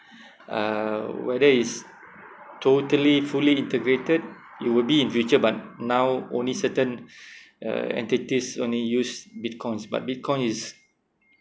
uh whether it's totally fully integrated it will be in future but now only certain uh entities only use Bitcoins but Bitcoin is